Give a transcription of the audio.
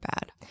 bad